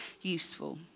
useful